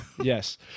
Yes